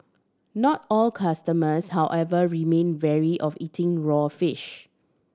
not all customers however remain wary of eating raw fish